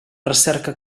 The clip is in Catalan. recerca